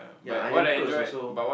ya iron clothes also